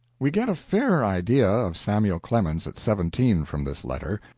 we get a fair idea of samuel clemens at seventeen from this letter.